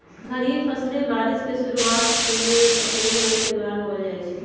खरीफ फसलें बारिश के शुरूवात में अप्रैल मई के दौरान बोयल जाई छई